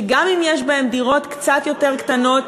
שגם אם יש בהם דירות קצת יותר קטנות,